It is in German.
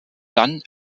dann